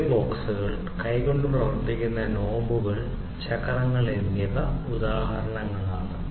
gear ബോക്സുകൾ കൈകൊണ്ട് പ്രവർത്തിക്കുന്ന നോബുകൾ ചക്രങ്ങൾ എന്നിവ ഉദാഹരണങ്ങളാണ്